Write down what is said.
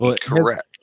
Correct